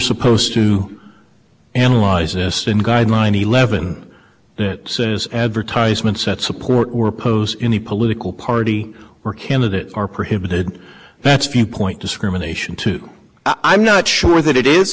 supposed to analyze this and guideline eleven service advertisements that support or oppose any political party or candidate or prohibited that's viewpoint discrimination too i'm not sure that it is